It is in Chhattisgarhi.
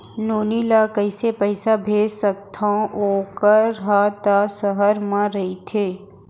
नोनी ल कइसे पइसा भेज सकथव वोकर हा त सहर म रइथे?